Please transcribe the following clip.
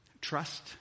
Trust